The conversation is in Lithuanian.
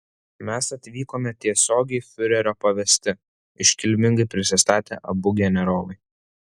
mes atvykome tiesiogiai fiurerio pavesti iškilmingai prisistatė abu generolai